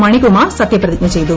മണികുമാർ സത്യപ്രതിജ്ഞ ചെയ്തു